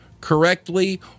correctly